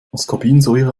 ascorbinsäure